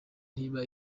ntiba